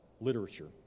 literature